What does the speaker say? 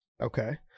Okay